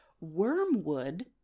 Wormwood